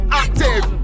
active